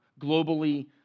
globally